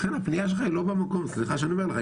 לכן הפנייה שלך היא במקום, סליחה שאני אומר לך.